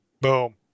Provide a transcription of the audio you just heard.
Boom